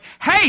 Hey